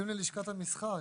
מסולפים ללשכת המסחר.